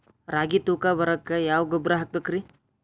ರಾಗಿ ತೂಕ ಬರಕ್ಕ ಯಾವ ಗೊಬ್ಬರ ಹಾಕಬೇಕ್ರಿ?